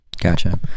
Gotcha